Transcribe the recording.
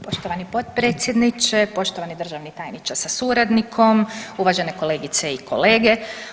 Poštovani potpredsjedniče, poštovani državni tajniče sa suradnikom, uvažene kolegice i kolege.